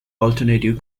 alternative